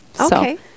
Okay